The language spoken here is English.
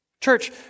Church